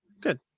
good